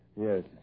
Yes